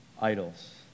idols